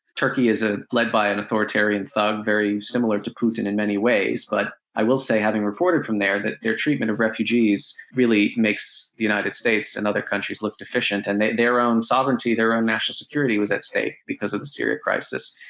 turkey is ah led by an authoritarian thug, thug, very similar to putin in many ways, but i will say, having reported from there, that their treatment of refugees really makes the united states and other countries look deficient. and their their own sovereignty, their own national security was at stake, because of the syria crisis.